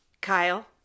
Kyle